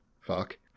Fuck